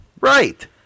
Right